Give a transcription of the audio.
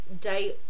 day